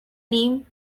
name